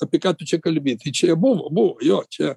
apie ką tu čia kalbi tai čia bovo buvo jo čia